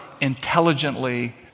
intelligently